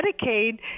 Medicaid